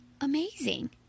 amazing